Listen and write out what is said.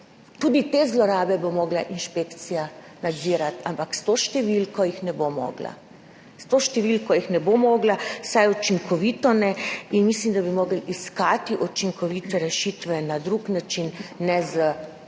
Tudi te zlorabe bo morala inšpekcija nadzirati, ampak s to številko jih ne bo mogla. S to številko jih ne bo mogla, vsaj učinkovito ne. In mislim, da bi morali iskati učinkovite rešitve na drug način, ne s tako